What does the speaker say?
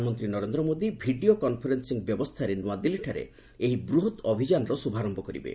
ପ୍ରଧାନମନ୍ତ୍ରୀ Narendra Modi video conferencing ବ୍ୟବସ୍ଥାରେ ନୂଆଦିଲ୍ଲୀଠାରେ ଏହି ବୃହତ୍ ଅଭିଯାନର ଶୁଭାରମ୍ଭ କରିବେ